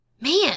man